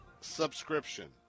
subscription